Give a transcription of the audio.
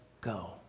go